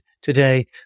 today